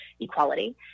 equality